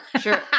Sure